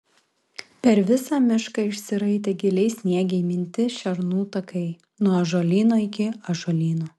per visą mišką išsiraitė giliai sniege įminti šernų takai nuo ąžuolyno iki ąžuolyno